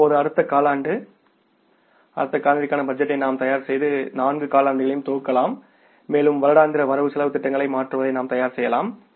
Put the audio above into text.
இப்போது மேலும் அடுத்த காலாண்டு அடுத்த காலாண்டிற்கான பட்ஜெட்டை நாம் தயார் செய்து நான்கு காலாண்டுகளையும் தொகுக்கலாம் மேலும் வருடாந்திர வரவு செலவுத் திட்டங்களாக மாற்றுவதை நாம் தயார் செய்யலாம்